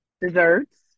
desserts